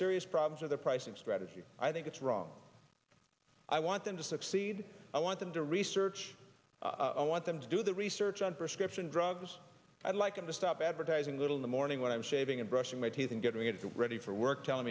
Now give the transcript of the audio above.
serious problems of the pricing strategy i think it's wrong i want them to succeed i want them to research i want them to do the research on prescription drugs i'd like him to stop advertising little in the morning when i'm shaving and brushing my teeth and getting it ready for work tell